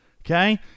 Okay